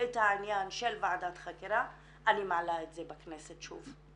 את העניין של ועדת חקירה אני מעלה את זה בכנסת שוב.